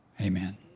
Amen